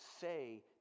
say